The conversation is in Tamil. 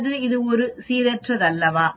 அல்லது இது ஒரு சீரற்றதல்லவா